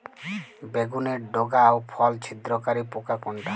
বেগুনের ডগা ও ফল ছিদ্রকারী পোকা কোনটা?